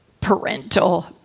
parental